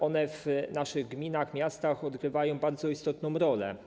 One w naszych gminach, miastach odgrywają bardzo istotną rolę.